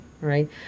Right